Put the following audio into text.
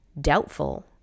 doubtful